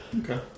Okay